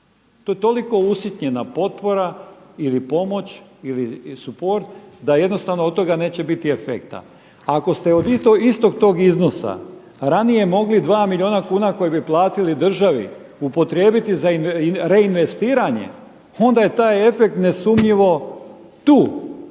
to je toliko usitnjena potpora ili pomoć ili suport da jednostavno od toga neće biti efekta. Ako ste od istog tog iznosa ranije mogli dva milijuna kuna koje bi platili državi upotrijebiti za reinvestiranje onda je taj efekt nesumnjivo tu,